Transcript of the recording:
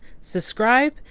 subscribe